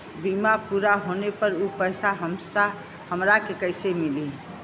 बीमा पूरा होले पर उ पैसा हमरा के कईसे मिली?